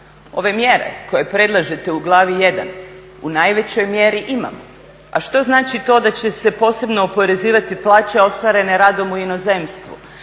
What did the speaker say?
Ove mjere koje predlažete u glavi 1 u najvećoj mjeri imamo. A što znači to da će se posebno oporezivati plaće ostvarene radom u inozemstvu?